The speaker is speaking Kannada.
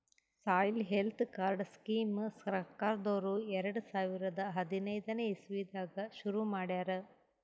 ಸಾಯಿಲ್ ಹೆಲ್ತ್ ಕಾರ್ಡ್ ಸ್ಕೀಮ್ ಸರ್ಕಾರ್ದವ್ರು ಎರಡ ಸಾವಿರದ್ ಹದನೈದನೆ ಇಸವಿದಾಗ ಶುರು ಮಾಡ್ಯಾರ್